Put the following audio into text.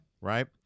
Right